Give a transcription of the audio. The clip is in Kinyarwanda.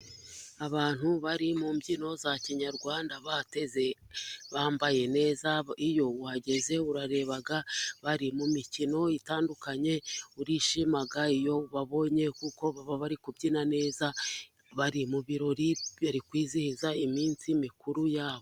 Abantu bari mu mbyino za kinyarwanda, bateze bambaye neza, iyo uhageze urareba, bari mu mikino itandukanye, urishima iyo ubabonye, kuko bari kubyina neza, bari mu birori, bari kwizihiza iminsi mikuru yabo.